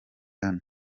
hano